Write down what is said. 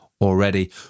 already